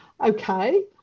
Okay